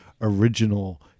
original